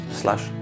slash